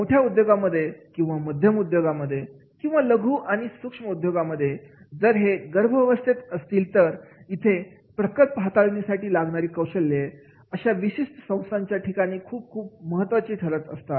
मोठ्या उद्योगांमध्ये किंवा मध्यम उद्योगांमध्ये किंवा लघु आणि सूक्ष्म उद्योगांमध्ये जर हे गर्भावस्थेत असतील तर इथे प्रकल्प हाताळण्यासाठी लागणारी कौशल्ये अशा विशिष्ट संस्थांच्या ठिकाणी खुप खुप महत्त्वाची ठरत असतात